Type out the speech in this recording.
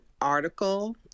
article